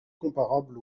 comparable